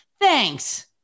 Thanks